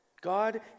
God